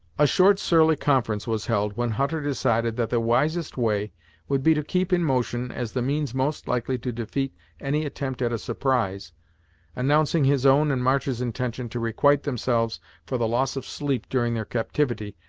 a short surly conference was held, when hutter decided that the wisest way would be to keep in motion as the means most likely to defeat any attempt at a surprise announcing his own and march's intention to requite themselves for the loss of sleep during their captivity,